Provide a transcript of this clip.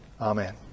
amen